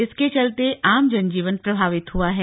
इसके चलते आम जनजीवन प्रभावित हुआ है